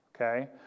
Okay